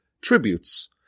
tributes